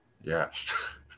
Yes